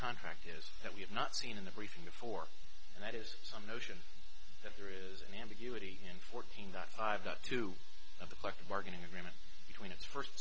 contract is that we have not seen in everything before and that is some notion that there is an ambiguity in fourteen that i have that do of the collective bargaining agreement between its first